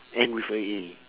end with a A